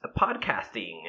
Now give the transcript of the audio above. podcasting